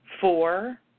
four